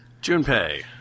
Junpei